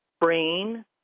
brain